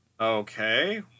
Okay